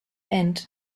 end